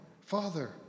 Father